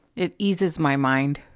it eases my mind.